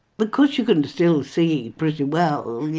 because you can still see pretty well,